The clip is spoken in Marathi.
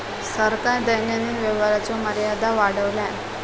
सरकारान दैनंदिन व्यवहाराचो मर्यादा वाढवल्यान